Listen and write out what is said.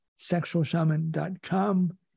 sexualshaman.com